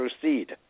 proceed